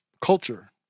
Culture